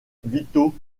vito